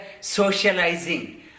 socializing